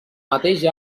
mateix